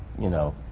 you know.